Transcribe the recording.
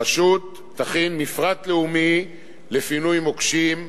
הרשות תכין מפרט לאומי לפינוי מוקשים,